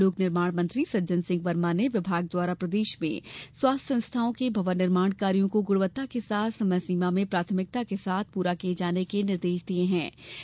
लोक निर्माण मंत्री सज्जन सिंह वर्मा ने विभाग द्वारा प्रदेश में स्वास्थ्य संस्थाओं के भवन निर्माण कार्यों को गुणवत्ता के साथ समय सीमा में प्राथमिकता के साथ पूरा किये जाने के निर्देश दिये गये हैं